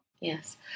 Yes